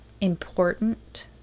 important